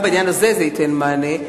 וגם בעניין הזה זה ייתן מענה.